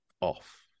off